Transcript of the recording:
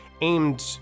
aimed